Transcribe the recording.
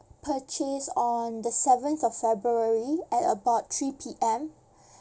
purchase on the seventh of february at about three P_M